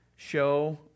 show